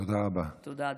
תודה, אדוני.